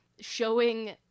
showing